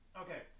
Okay